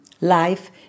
life